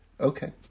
Okay